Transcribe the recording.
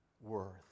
worth